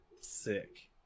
sick